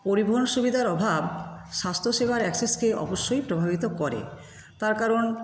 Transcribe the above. পরিবহন সুবিধার অভাব স্বাস্থ্যসেবার অ্যাক্সেসকে অবশ্যই প্রভাবিত করে তার কারণ